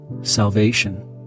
Salvation